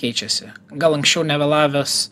keičiasi gal anksčiau nevėlavęs